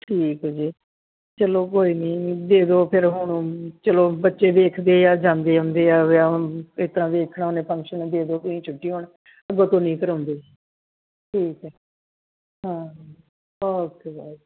ਠੀਕ ਹੈ ਜੀ ਚਲੋ ਕੋਈ ਨਹੀਂ ਦੇ ਦਿਉ ਫਿਰ ਹੁਣ ਚਲੋ ਬੱਚੇ ਵੇਖਦੇ ਹੈ ਜਾਂਦੇ ਆਉਂਦੇ ਹੈ ਵਿਆਹ ਇਸ ਤਰ੍ਹਾਂ ਵੇਖਣਾ ਉਹਨੇ ਫੰਕਸ਼ਨ ਦੇ ਦਿਉ ਤੁਸੀਂ ਛੁੱਟੀ ਹੁਣ ਅੱਗੋਂ ਤੋਂ ਨਹੀਂ ਨਹੀਂ ਕਰਵਾਉਂਦੇ ਠੀਕ ਹੈ ਹਾਂਜੀ ਓਕੇ ਬਾਏ